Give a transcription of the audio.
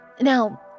Now